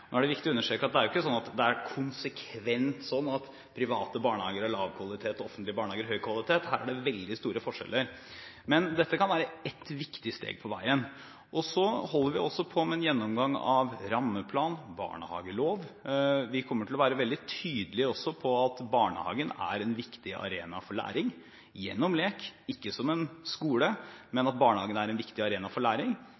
Nå er det viktig å understreke at det er ikke konsekvent sånn at private barnehager har lav kvalitet og offentlige barnehager høy kvalitet. Her er det veldig store forskjeller. Men dette kan være ett viktig steg på veien. Så holder vi også på med en gjennomgang av rammeplan og barnehagelov. Vi kommer også til å være veldig tydelige på at barnehagen er en viktig arena for læring – gjennom lek, ikke som en skole.